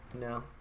No